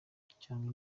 cyangwa